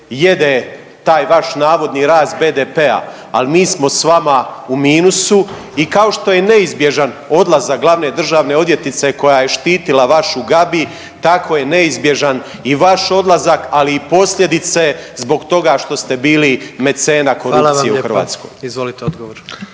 jede taj vaš navodni rast BDP-a, al mi smo s vama u minusu. I kao što je neizbježan odlazak glavne državne odvjetnice koja je štitila vašu Gabi, tako je neizbježan i vaš odlazak, ali i posljedice zbog toga što ste bili mecena korupcije u Hrvatskoj. **Jandroković, Gordan